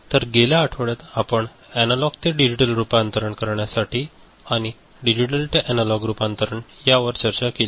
तर गेल्या आठवड्यात आपण एनालॉग ते डिजिटल रूपांतरण करण्यासाठी आणि डिजिटल ते एनालॉग रूपांतरण यावर चर्चा केली